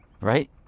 right